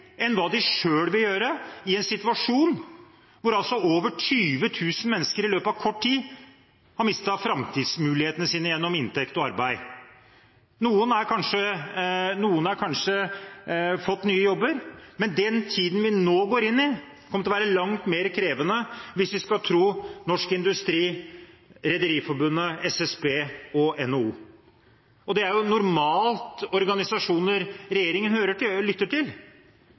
enn om hva de selv vil gjøre, i en situasjon hvor altså over 20 000 mennesker i løpet av kort tid har mistet framtidsmulighetene sine gjennom inntekt og arbeid. Noen har kanskje fått nye jobber, men den tiden vi nå går inn i, kommer til å være langt mer krevende, hvis vi skal tro Norsk Industri, Rederiforbundet, SSB og NHO. Det er jo normalt organisasjoner regjeringen lytter til.